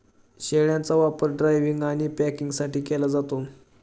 शेळ्यांचा वापर ड्रायव्हिंग आणि पॅकिंगसाठी केला जातो